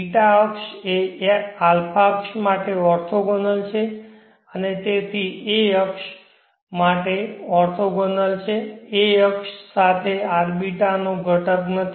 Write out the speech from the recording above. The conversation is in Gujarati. β અક્ષ એ α અક્ષ માટે ઓર્થોગોનલ છે અને તેથી a અક્ષ માટે ઓર્થોગોનલ છે a અક્ષ સાથે rβ નો ઘટક નથી